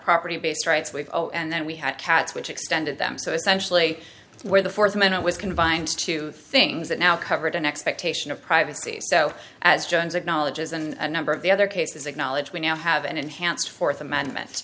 property based rights we've all and then we had cats which extended them so essentially where the fourth amendment was confined to things that now covered an expectation of privacy so as jones acknowledges and number of the other cases acknowledge we now have an enhanced fourth amendment